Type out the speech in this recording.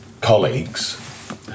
colleagues